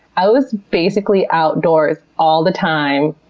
i was basically outdoors all the time,